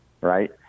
right